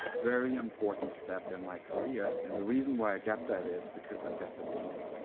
very important step in my career, and the reason why i got that is because i got the meeting.